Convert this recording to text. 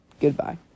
Goodbye